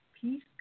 Peace